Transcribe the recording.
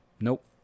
Nope